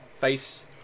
face